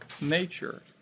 nature